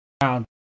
ground